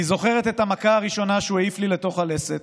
אני זוכרת את המכה הראשונה שהוא העיף לי לתוך הלסת.